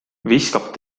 viskab